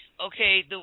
Okay